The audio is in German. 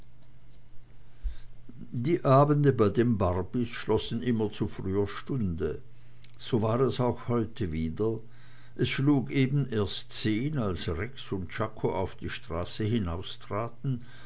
die abende bei den barbys schlossen immer zu früher stunde so war es auch heute wieder es schlug eben erst zehn als rex und czako auf die straße